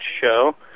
show